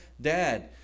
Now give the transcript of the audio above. dad